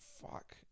fuck